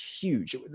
huge